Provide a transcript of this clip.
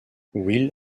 will